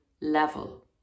level